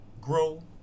grow